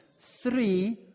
three